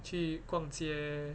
去逛街